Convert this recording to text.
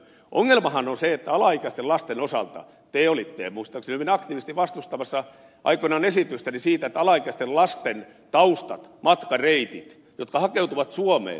ongelmahan on se että alaikäisten lasten osalta te olitte muistaakseni hyvin aktiivisesti vastustamassa aikoinaan esitystäni siitä että alaikäisten lasten jotka hakeutuvat suomeen taustat ja matkareitit pyritään selvittämään